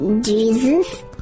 Jesus